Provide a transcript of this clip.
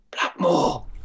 Blackmore